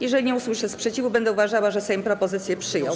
Jeżeli nie usłyszę sprzeciwu, będę uważała, że Sejm propozycję przyjął.